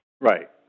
Right